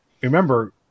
remember